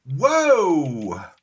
Whoa